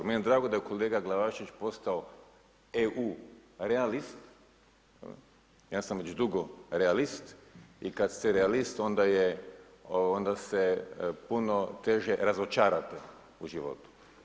Meni je drago da je kolega Glavašević postao EU realist ja sam već dugo realist i kad ste realist onda je, onda se puno teže razočarate u životu.